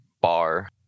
bar